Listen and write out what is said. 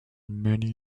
many